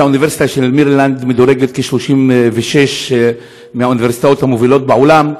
האוניברסיטה של מרילנד מדורגת ב-36 האוניברסיטאות המובילות בעולם,